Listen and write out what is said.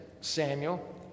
Samuel